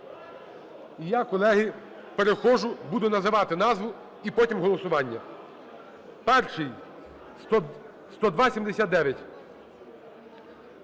І я, колеги, переходжу, буду називати назву і потім голосування. Перший – 10279: